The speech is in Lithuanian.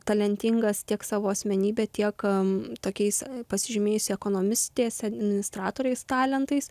talentingas tiek savo asmenybe tiek tokiais pasižymėjusi ekonomistės administratoriniais talentais